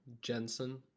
Jensen